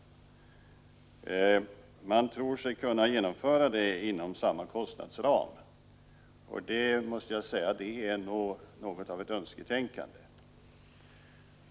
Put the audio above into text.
Man tror sig kunna genomföra detta inom samma kostnadsram. Jag måste säga att det nog är något av ett önsketänkande.